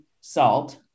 salt